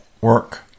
work